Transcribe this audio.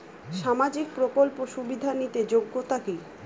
সামাজিক প্রকল্প সুবিধা নিতে যোগ্যতা কি?